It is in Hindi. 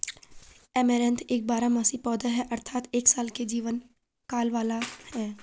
ऐमारैंथ एक बारहमासी पौधा है अर्थात एक साल के जीवन काल वाला है